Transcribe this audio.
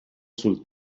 sul